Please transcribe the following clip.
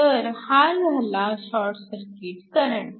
तर हा झाला शॉर्ट सर्किट करंट